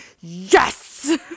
yes